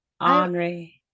Henri